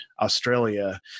Australia